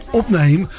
opneem